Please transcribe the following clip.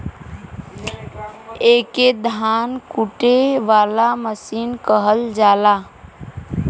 एके धान कूटे वाला मसीन कहल जाला